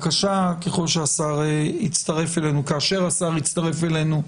כאשר השר יצטרף אלינו